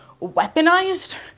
weaponized